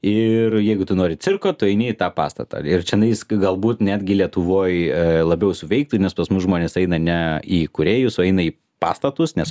ir jeigu tu nori cirko tu eini į tą pastatą ir čianais galbūt netgi lietuvoj labiau suveiktų nes pas mus žmonės eina ne į kūrėjus o eina į pastatus nes